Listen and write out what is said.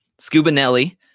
Scubanelli